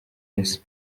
isi